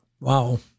Wow